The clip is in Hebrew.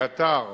באתר